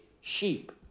sheep